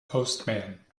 postman